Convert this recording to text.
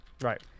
Right